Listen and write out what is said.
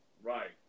Right